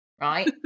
right